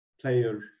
player